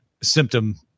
symptom